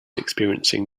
experiencing